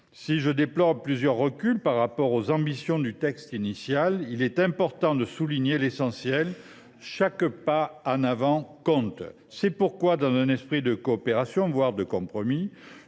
Si je déplore plusieurs reculs par rapport aux ambitions du texte initial, il est important de souligner l’essentiel : chaque pas en avant compte. C’est pourquoi, dans un esprit de coopération, voire de compromis,